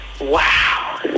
wow